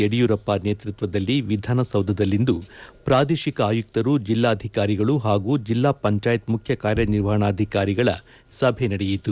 ಯಡಿಯೂರಪ್ಪ ನೇತೃತ್ವದಲ್ಲಿ ವಿಧಾನಸೌಧದಲ್ಲಿಂದು ಪ್ರಾದೇಶಿಕ ಆಯುಕ್ತರು ಜಿಲ್ಲಾಧಿಕಾರಿಗಳು ಹಾಗೂ ಜಿಲ್ಲಾ ಪಂಚಾಯತ್ ಮುಖ್ಯ ಕಾರ್ಯನಿರ್ವಹಣಾ ಅಧಿಕಾರಿಗಳ ಸಭೆ ನಡೆಯಿತು